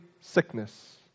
sickness